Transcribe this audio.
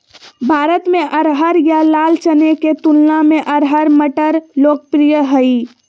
भारत में अरहर या लाल चने के तुलना में अरहर मटर लोकप्रिय हइ